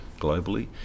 globally